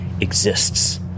exists